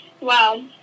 Wow